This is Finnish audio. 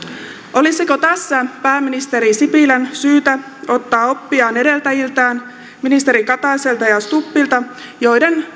olisiko tässä pääministeri sipilän syytä ottaa oppia edeltäjiltään ministeri kataiselta ja ministeri stubbilta joiden